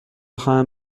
خواهم